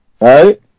Right